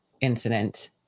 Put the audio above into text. incident